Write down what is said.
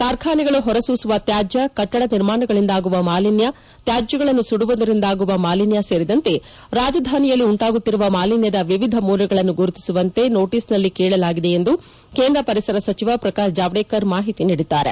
ಕಾರ್ಖಾನೆಗಳು ಹೊರಸೂಸುವ ತ್ಯಾಜ್ಯ ಕಟ್ಟದ ನಿರ್ಮಾಣಗಳಿಂದಾಗುವ ಮಾಲಿನ್ಯ ತ್ಯಾಜ್ಯಗಳನ್ನು ಸುಡುವುದರಿಂದಾಗುವ ಮಾಲಿನ್ಯ ಸೇರಿದಂತೆ ರಾಜಧಾನಿಯಲ್ಲಿ ಉಂಟಾಗುತ್ತಿರುವ ಮಾಲಿನ್ಯದ ವಿವಿಧ ಮೂಲಗಳನ್ನು ಗುರುತಿಸುವಂತೆ ನೋಟಿಸ್ನಲ್ಲಿ ಕೇಳಲಾಗಿದೆ ಎಂದು ಕೇಂದ್ರ ಪರಿಸರ ಸಚಿವ ಪ್ರಕಾಶ್ ಜಾವಡೇಕರ್ ಮಾಹಿತಿ ನೀಡಿದ್ದಾರೆ